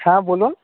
হ্যাঁ বলুন